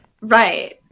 Right